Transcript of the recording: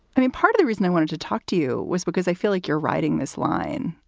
i mean, part of the reason i wanted to talk to you was because i feel like you're riding this line.